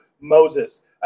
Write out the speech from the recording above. Moses